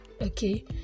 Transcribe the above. okay